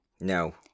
No